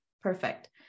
perfect